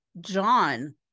john